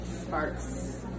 sparks